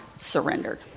surrendered